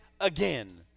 again